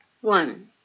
one